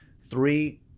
Three